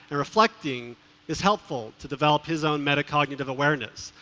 reflecting is helpful to develop his own meta-cognitive awareness.